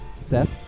Seth